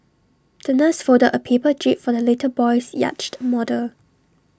the nurse folded A paper jib for the little boy's yachted model